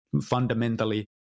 fundamentally